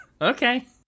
Okay